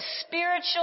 spiritual